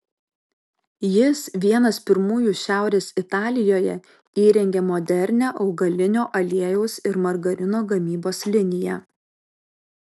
jis vienas pirmųjų šiaurės italijoje įrengė modernią augalinio aliejaus ir margarino gamybos liniją